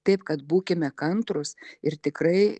taip kad būkime kantrūs ir tikrai